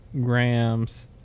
grams